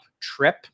trip